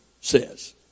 says